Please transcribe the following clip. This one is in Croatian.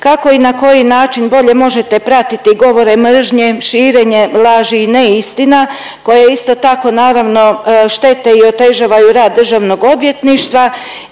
Kako i na koji način bolje možete pratiti govore mržnje, širenje laži i neistina koje isto tako naravno štete i otežavaju rad Državnog odvjetništva.